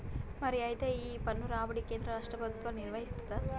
మరి అయితే ఈ పన్ను రాబడి కేంద్ర రాష్ట్ర ప్రభుత్వాలు నిర్వరిస్తాయి